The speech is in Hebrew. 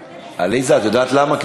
עליזה, את יודעת למה?